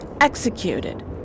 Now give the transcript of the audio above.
executed